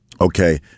Okay